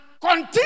continue